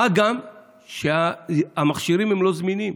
מה גם שהמכשירים לא זמינים.